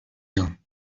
یان